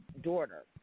daughter